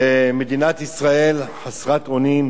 ומדינת ישראל חסרת אונים.